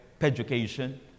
education